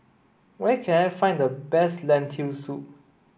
where can I find the best Lentil soup